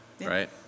right